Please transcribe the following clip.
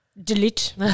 Delete